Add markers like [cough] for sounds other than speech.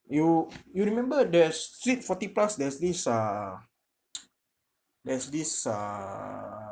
you you remember the street forty plus there's this uh [noise] there's this uh